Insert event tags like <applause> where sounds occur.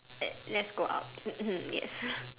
let's let's go out <noise> yes